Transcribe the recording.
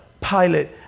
Pilate